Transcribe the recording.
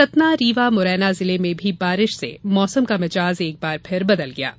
सतना रीवा मुरैना जिले में भी बारिश से मौसम का मिजाज एक बार फिर बदल गया है